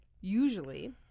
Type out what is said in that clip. usually